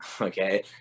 Okay